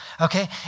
okay